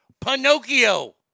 Pinocchio